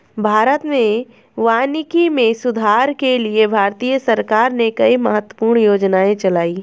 भारत में वानिकी में सुधार के लिए भारतीय सरकार ने कई महत्वपूर्ण योजनाएं चलाई